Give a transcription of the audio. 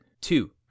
two